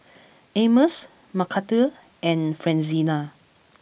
Amos Mcarthur and Francina